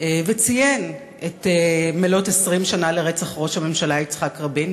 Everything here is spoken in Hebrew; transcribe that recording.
וציין את מלאות 20 שנה לרצח ראש הממשלה יצחק רבין,